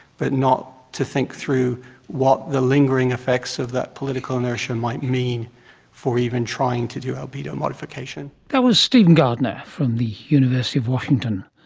but not to think through what the lingering effects of that political inertia might mean for even trying to do albedo modification. that was stephen gardiner from the university of washington.